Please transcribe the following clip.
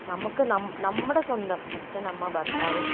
നമുക്ക് നമ്മുടെ സ്വന്തം അച്ഛൻ അമ്മ ഭർത്താവ്